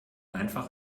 einfach